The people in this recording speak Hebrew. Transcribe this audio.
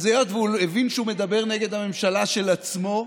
היות שהוא הבין שהוא מדבר נגד הממשלה של עצמו,